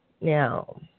Now